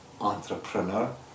entrepreneur